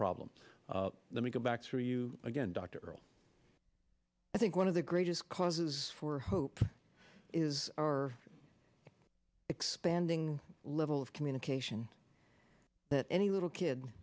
problem let me go back to you again doctor i think one of the greatest causes for hope is our expanding level of communication that any little kid